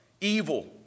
evil